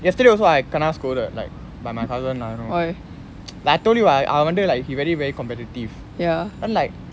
yesterday also I kena scolded like by my cousin ah you know know like I told you right அவன் வந்து:avan vanthu like he very very competitive then like